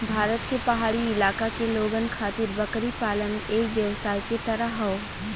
भारत के पहाड़ी इलाका के लोगन खातिर बकरी पालन एक व्यवसाय के तरह हौ